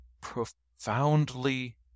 profoundly